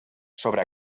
sobre